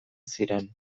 ziren